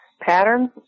patterns